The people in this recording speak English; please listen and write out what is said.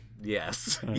yes